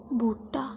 बूह्टा